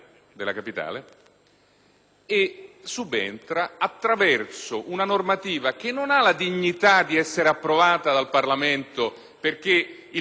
subentra attraverso una normativa che non ha la dignità di essere approvata dal Parlamento della Repubblica.